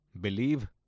believe